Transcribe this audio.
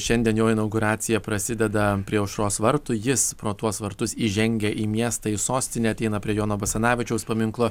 šiandien jo inauguracija prasideda prie aušros vartų jis pro tuos vartus įžengia į miestą į sostinę ateina prie jono basanavičiaus paminklo